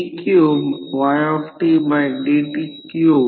5o आणि core loss component Ic I0 cos ∅0 0